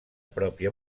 pròpia